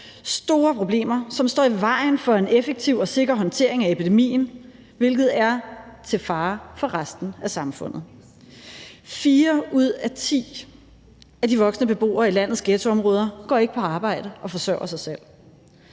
store problemer, som står i vejen for en effektiv og sikker håndtering af epidemien, hvilket er til fare for resten af samfundet. Fire ud af ti af de voksne beboere i landets ghettoområder går ikke på arbejde og forsørger sig selv.